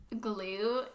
glue